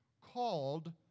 called